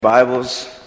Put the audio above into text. Bibles